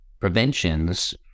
preventions